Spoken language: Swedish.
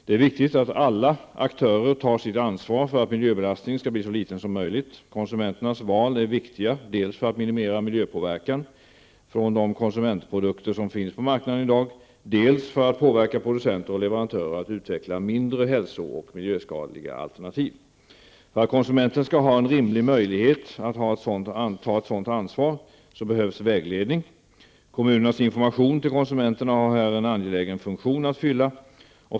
Det är viktigt att alla aktörer tar sitt ansvar för att miljöbelastningen skall bli så liten som möjligt. Konsumenternas val är viktiga dels för att minimera miljöpåverkan från de konsumentprodukter som finns på marknaden i dag, dels för att påverka producenter och leverantörer att utveckla mindre hälso och miljöskadliga alternativ. För att konsumenten skall ha en rimlig möjlighet att ta ett sådant ansvar behövs vägledning. Kommunernas information till konsumenterna har här en angelägen funktion att fylla.